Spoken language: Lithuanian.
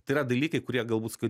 tai yra dalykai kurie galbūt skait